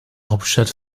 hauptstadt